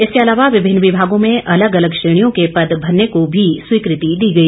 इसके अलावा विभिन्न विभागों में अलग अलग श्रेणियों के पद भरने को भी स्वीकृति दी गई